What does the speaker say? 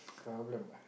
problem ah